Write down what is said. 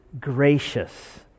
gracious